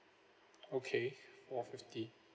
okay !wah! fifty